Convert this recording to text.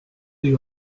the